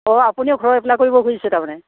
অঁ আপুনি ঘৰ এপ্লাই কৰিব খুজিছে তাৰমানে